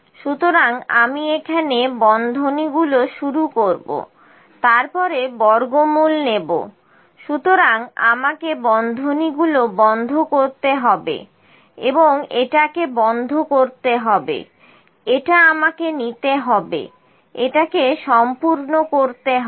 সুতরাং আমি এখানে বন্ধনীগুলো শুরু করব তারপরে বর্গমূল নেব সুতরাং আমাকে বন্ধনীগুলো বন্ধ করতে হবে এবং এটাকে বন্ধ করতে হবে এটা আমাকে নিতে হবে এটাকে সম্পূর্ণ করতে হবে